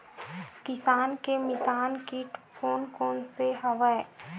किसान के मितान कीट कोन कोन से हवय?